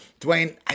Dwayne